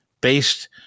based